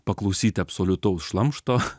paklausyti absoliutaus šlamšto